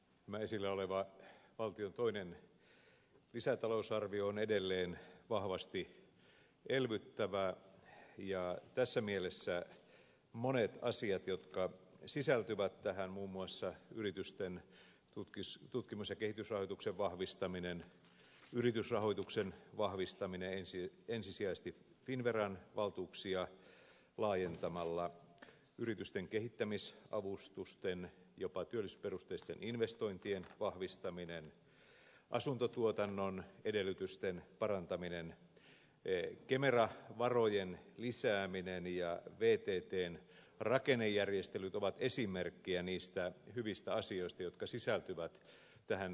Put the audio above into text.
tämä esillä oleva valtion toinen lisätalousarvio on edelleen vahvasti elvyttävä ja tässä mielessä monet asiat jotka sisältyvät tähän muun muassa yritysten tutkimus ja kehitysrahoituksen vahvistaminen yritysrahoituksen vahvistaminen ensisijaisesti finnveran valtuuksia laajentamalla yritysten kehittämisavustusten jopa työllisyysperusteisten investointien vahvistaminen asuntotuotannon edellytysten parantaminen kemera varojen lisääminen ja vttn rakennejärjestelyt ovat esimerkkejä niistä hyvistä asioista jotka sisältyvät tähän lisätalousarvioon